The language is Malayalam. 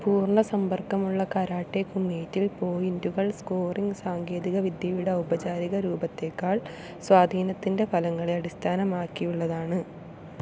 പൂർണ്ണ സമ്പർക്കമുള്ള കരാട്ടെ കുമൈറ്റിൽ പോയിന്റുകൾ സ്കോറിംഗ് സാങ്കേതികവിദ്യയുടെ ഔപചാരിക രൂപത്തെക്കാൾ സ്വാധീനത്തിന്റെ ഫലങ്ങളെ അടിസ്ഥാനമാക്കിയുള്ളതാണ്